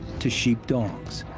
to sheepdogs,